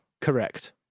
Correct